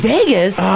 Vegas